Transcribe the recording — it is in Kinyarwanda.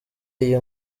iyi